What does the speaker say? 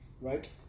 right